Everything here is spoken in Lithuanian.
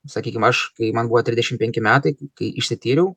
sakykim aš kai man buvo trisdešim penki metai kai išsityriau